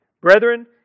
Brethren